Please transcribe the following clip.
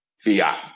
fiat